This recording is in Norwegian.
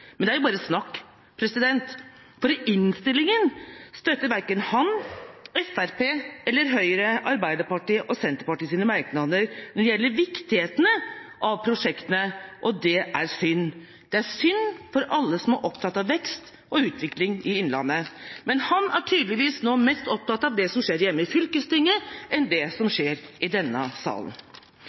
men det er bare snakk, for i innstillingen støtter verken han, Fremskrittspartiet eller Høyre Arbeiderpartiet og Senterpartiets merknader når det gjelder viktigheten av prosjektene, og det er synd. Det er synd for alle som er opptatt av vekst og utvikling i innlandet. Men han er tydeligvis nå mest opptatt av det som skjer hjemme i fylkestinget, enn det som skjer i denne salen.